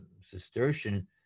Cistercian